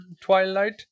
twilight